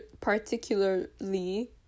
particularly